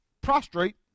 prostrate